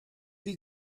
wie